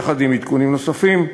יחד עם עדכונים נוספים,